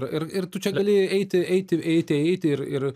ir ir tu čia gali eiti eiti eiti eiti ir ir